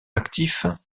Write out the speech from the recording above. actif